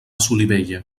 solivella